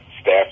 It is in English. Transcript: staff